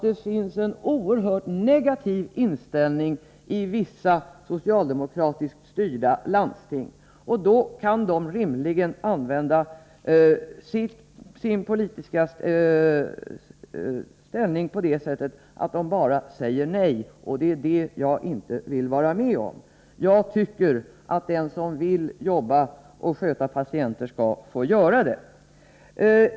Det finns en oerhört negativ inställning i vissa socialde mokratiskt styrda landsting, och då kan man där rimligen använda sin politiska ställning så att man bara säger nej — och det är detta som jag inte vill vara med om. Jag tycker att den som vill jobba och sköta patienter skall få göra det.